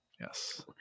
Yes